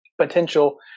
potential